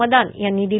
मदान यांनी दिली